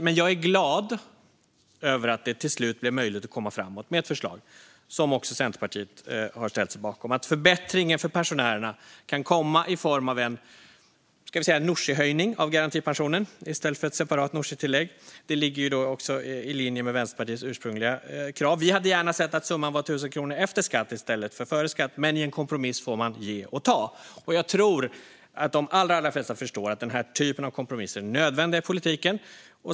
Men jag är glad över att det till slut blev möjligt att komma framåt med ett förslag som också Centerpartiet har ställt sig bakom. Det gör att förbättringen för pensionärerna kan komma i form av en Nooshihöjning - låt oss kalla det så - av garantipensionen i stället för ett separat Nooshitillägg. Det ligger också i linje med Vänsterpartiets ursprungliga krav. Vi hade gärna sett att summan var 1 000 kronor efter skatt i stället för före skatt, men i en kompromiss får man ge och ta. Jag tror att de allra, allra flesta förstår att den här typen av kompromisser är nödvändiga i politiken.